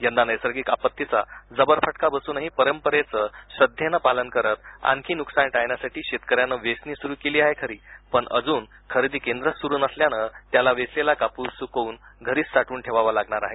यंदा नैसर्गिक आपत्तीचा जबर फटका बसूनही परंपरेचं श्रद्धेनं पालन करत आणखी नुकसान टाळण्यासाठी शेतकर्या नं वेचणी सुरू केली आहे खरी पण अजून खरेदी केंद्रच सुरू नसल्यानं त्याला वेचलेला कापूस सुकवून घरीच साठवून ठेवावा लागणार आहे